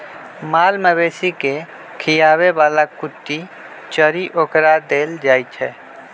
माल मवेशी के खीयाबे बला कुट्टी चरी ओकरा देल जाइ छै